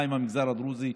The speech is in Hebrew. מה עם המגזר הדרוזי.